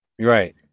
Right